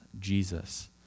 Jesus